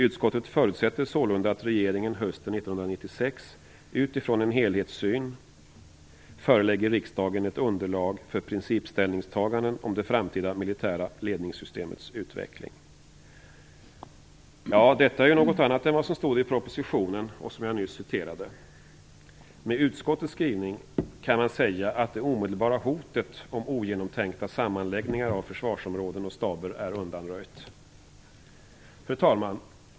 Utskottet förutsätter sålunda att regeringen hösten 1996 utifrån en helhetssyn förelägger riksdagen ett underlag för principställningstaganden om det framtida militära ledningssystemets utveckling." Detta är något annat än det som står i propositionen och som jag nyss citerat. Med utskottets skrivning kan man säga att det omedelbara hotet om ogenomtänkta sammanläggningar av försvarsområden och staber är undanröjt. Fru talman!